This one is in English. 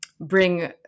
bring